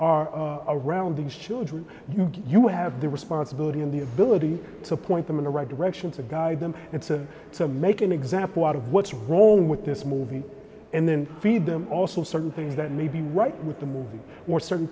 are around these children you have the responsibility and the ability to point them in the right direction to guide them it's a to make an example out of what's wrong with this movie and then feed them also certain things that may be right with the movie or certain